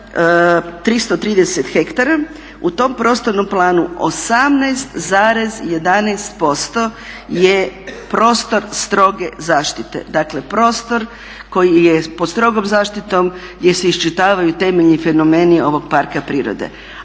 19330 ha, u tom prostornom planu 18,11% je prostor stroge zaštite. Dakle, prostor koji je pod strogom zaštitom gdje se iščitavaju temeljni fenomeni ovog parka prirode,